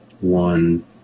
one